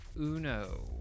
uno